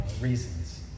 reasons